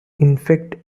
infect